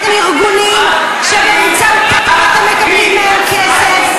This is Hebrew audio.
ארגונים שבאמצעותם אתם מקבלים מהם כסף.